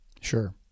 Sure